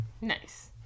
Nice